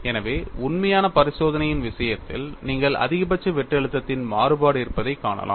எனவே உண்மையான பரிசோதனையின் விஷயத்தில் நீங்கள் அதிகபட்ச வெட்டு அழுத்தத்தின் மாறுபாடு இருப்பதைக் காணலாம்